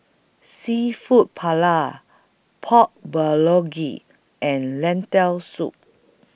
Seafood Paella Pork Bulgogi and Lentil Soup